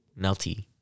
melty